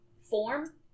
form